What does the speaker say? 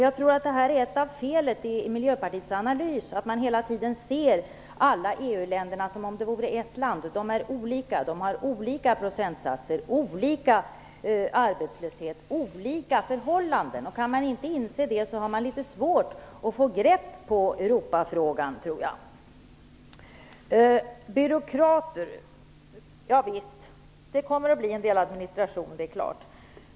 Jag tror att ett av felen i Miljöpartiets analyser är att man hela tiden ser alla EU-länderna som ett land. De är olika, de har olika procentsatser när det gäller arbetslöshet, olika förhållanden. Kan man inte inse det har man litet svårt att få grepp på Europafrågan. Byråkrater talar Peter Eriksson om. Visst kommer det att bli en del administration.